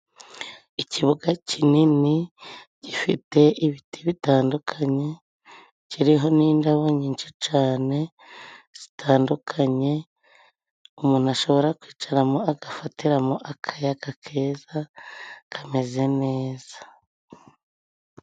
Ikibuga kinini gifite ibiti bitandukanye kiriho n'indabo nyinshi cyane zitandukanye umuntu ashobora kwicaramo agafatiramo akayaga keza kameze neza.